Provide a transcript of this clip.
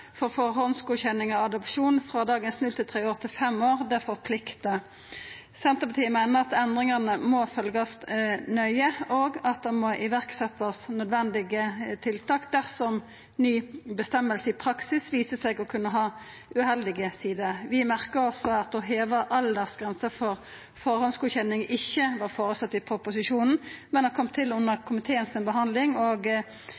aldersgrensa for førehandsgodkjenning av adopsjon frå dagens 0–3 år til 5 år forpliktar. Senterpartiet meiner at endringane må følgjast nøye, og at nødvendige tiltak må setjast i verk dersom ei ny føresegn i praksis viser seg å kunna ha uheldige sider. Vi merkar oss at å heva aldersgrensa for førehandsgodkjenning ikkje var føreslått i proposisjonen, men har kome til under komitébehandlinga, og